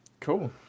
cool